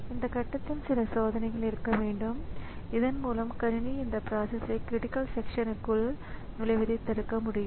எனவே தனிப்பட்ட டிவைஸ்கள் ஒருவேளை மெமரி சிப்புகளாக டிஸ்க் டிரைவ்கள் கீபோர்ட்கள் மவுஸாக இருக்கலாம் நீங்கள் கணினியுடன் இணைக்கக்கூடிய எந்த டிவைஸாகவும் இருக்கலாம்